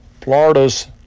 Florida's